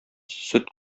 сөт